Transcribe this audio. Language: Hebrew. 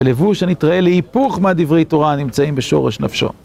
לבוש שנתראה להיפוך מהדברי תורה הנמצאים בשורש נפשו.